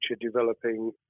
developing